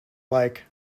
like